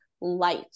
light